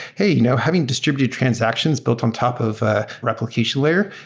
hey, you know having distributed transactions built on top of a replication layer,